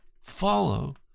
follow